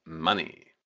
money.